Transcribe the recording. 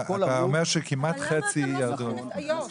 על כל הרוג --- אבל למה אתם לא סופרים את איו"ש?